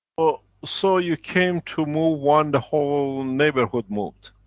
ah so you came to move one, the whole neighborhood moved.